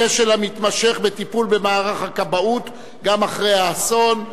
הכשל המתמשך בטיפול במערך הכבאות גם אחרי האסון.